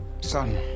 Son